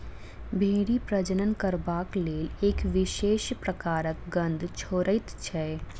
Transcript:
भेंड़ी प्रजनन करबाक लेल एक विशेष प्रकारक गंध छोड़ैत छै